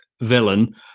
villain